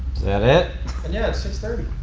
that it? and yeah, it's six thirty.